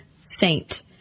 saint